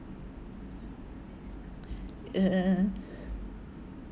uh uh uh